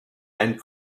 and